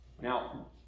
Now